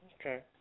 Okay